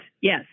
Yes